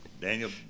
daniel